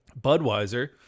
Budweiser